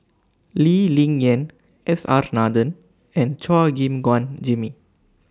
Lee Ling Yen S R Nathan and Chua Gim Guan Jimmy